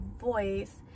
voice